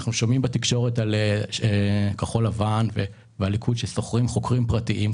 אנחנו שומעים בתקשורת על כחול לבן והליכוד ששוכרים חוקרים פרטיים,